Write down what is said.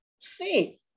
faith